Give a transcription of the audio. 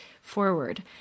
Forward